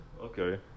okay